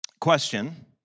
question